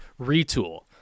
retool